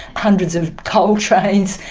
hundreds of coal trains.